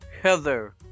Heather